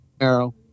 arrow